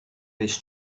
his